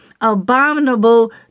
abominable